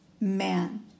man